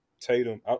Tatum